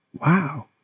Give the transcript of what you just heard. wow